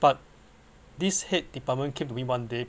but this head department came to me one day